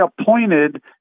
appointed